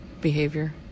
behavior